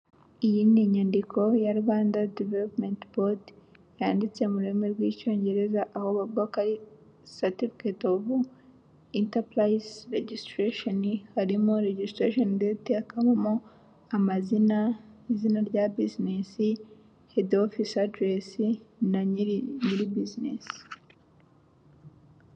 Iyi ni inyandiko ya Rwanda Development Board yanditswe mu rurimi rw'icyongereza, aho bavuga ko ari Certificate of Enterprise Registration, harimo registration date, hakabamo amazina, izina rya business, head office adress, na nyiri business.